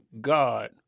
God